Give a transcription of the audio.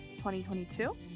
2022